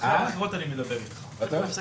ולכן המשך